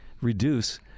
reduce